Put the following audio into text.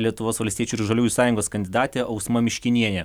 lietuvos valstiečių ir žaliųjų sąjungos kandidatė ausma miškinienė